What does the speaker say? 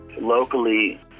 locally